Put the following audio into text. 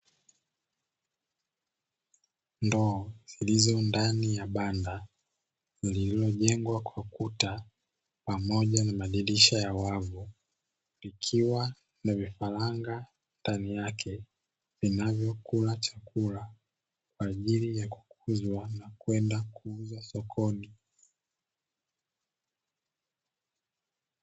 Ndoo zilizo ndani ya banda lililojengwa kwa ukuta pamoja na madirisha ya wavu, likiwa na vifaranga ndani yake vinavyokula chakula kwa ajili ya kuuzwa na kwenda kuuzwa sokoni.